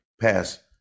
pass